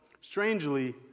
strangely